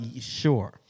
sure